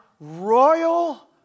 royal